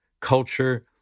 culture